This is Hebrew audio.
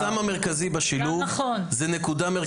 זה החסם המרכזי בשילוב, זו נקודה מרכזית.